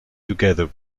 together